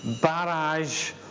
barrage